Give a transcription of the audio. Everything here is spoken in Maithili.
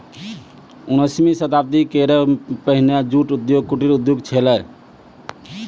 उन्नीसवीं शताब्दी केरो पहिने जूट उद्योग कुटीर उद्योग छेलय